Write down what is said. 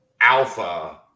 alpha